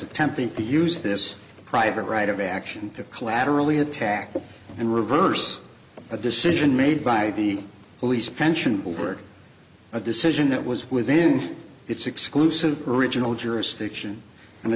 attempting to use this private right of action to collaterally attack and reverse the decision made by the police pension bill were a decision that was within its exclusive original jurisdiction